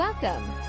Welcome